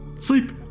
Sleep